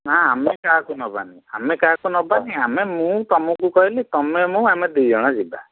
ନା ଆମେ କାହାକୁ ନେବାନି ଆମେ କାହାକୁ ନେବାନି ଆମେ ମୁଁ ତୁମକୁ କହିଲି ତୁମେ ମୁଁ ଆମେ ଦୁଇଜଣ ଯିବା